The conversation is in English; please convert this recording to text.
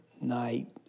night